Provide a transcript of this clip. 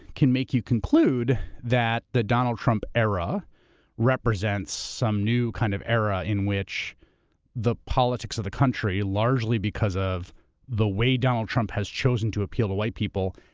can make you conclude that the donald trump era represents some new kind of era in which the politics of the country largely because of the way donald trump has chosen to appeal to white people,